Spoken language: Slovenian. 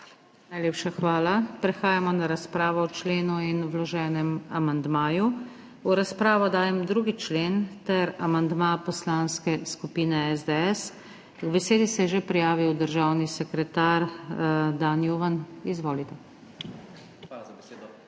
Najlepša hvala. Prehajamo na razpravo o členu in vloženem amandmaju. V razpravo dajem 2. člen ter amandma Poslanske skupine SDS. K besedi se je že prijavil državni sekretar Dan Juvan. Izvolite. DAN JUVAN